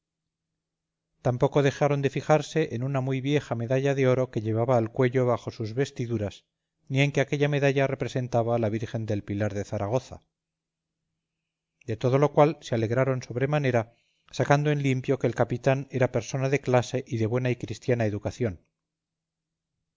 tampoco dejaron de fijarse en una muy vieja medalla de oro que llevaba al cuello bajo sus vestiduras ni en que aquella medalla representaba a la virgen del pilar de zaragoza de todo lo cual se alegraron sobre manera sacando en limpio que el capitán era persona de clase y de buena y cristiana educación